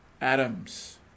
Adams